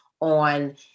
on